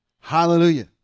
Hallelujah